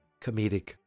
Comedic